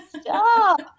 stop